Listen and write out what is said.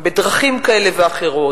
בדרכים כאלה ואחרות.